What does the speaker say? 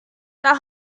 that